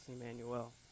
Emmanuel